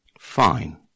Fine